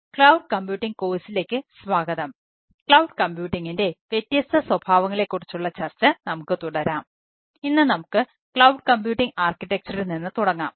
cloud computing നിന്ന് തുടങ്ങാം